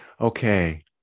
Okay